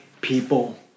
people